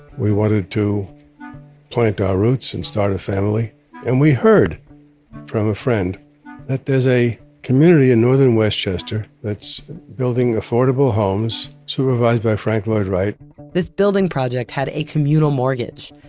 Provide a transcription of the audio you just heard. we wanted to plant our roots and start a family and we heard from a friend that there's a community in northern westchester that's building affordable homes, supervised by frank lloyd wright this building project had a communal mortgage.